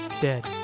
Dead